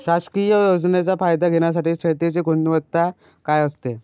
शासकीय योजनेचा फायदा घेण्यासाठी शेतीची गुणवत्ता काय असते?